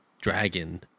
Dragon